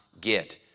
get